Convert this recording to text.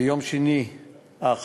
ביום שני האחרון